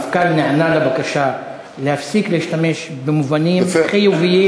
המפכ"ל נענה לבקשה להפסיק להשתמש במונחים חיוביים.